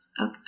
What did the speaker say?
okay